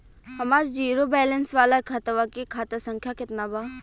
हमार zero balance वाला खतवा के खाता संख्या केतना बा?